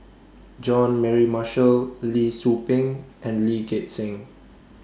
Jean Mary Marshall Lee Tzu Pheng and Lee Gek Seng